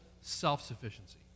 self-sufficiency